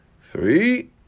three